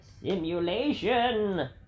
simulation